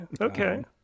okay